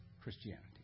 Christianity